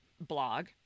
blog